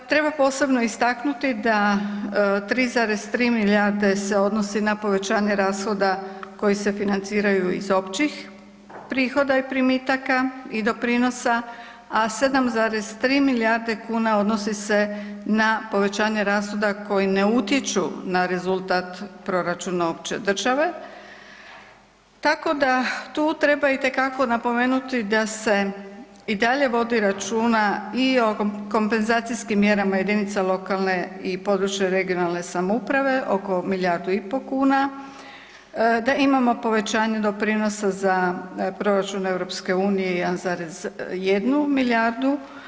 Treba posebno istaknuti da 3,3 milijarde se odnosi na povećanje rashoda koji se financiraju iz općih prihoda i primitaka i doprinosa, a 7,3 milijarde kuna odnosi se na povećanje rashoda koji ne utječu na rezultat proračuna opće države, tako da tu treba itekako napomenuti da se i dalje vodi računa i o kompenzacijskim mjerama jedinica lokalne i područne (regionalne) samouprave oko milijardu i pol kuna, da imamo povećanje doprinosa za proračun EU 1,1 milijardu.